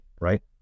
right